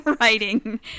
writing